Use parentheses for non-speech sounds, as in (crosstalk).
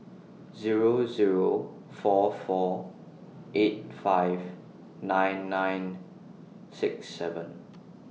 Zero Zero four four eight five nine nine six seven (noise)